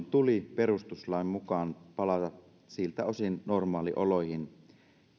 tuli silloin perustuslain mukaan palata siltä osin normaalioloihin